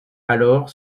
alors